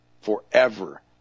forever